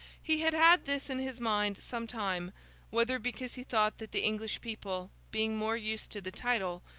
he had had this in his mind some time whether because he thought that the english people, being more used to the title,